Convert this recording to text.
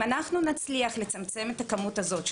אם אנחנו נצליח לצמצם את הכמות הזאת,